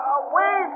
away